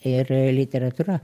ir literatūra